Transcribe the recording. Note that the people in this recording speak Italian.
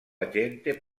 agente